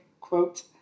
quote